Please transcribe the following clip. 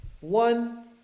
one